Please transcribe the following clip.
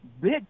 big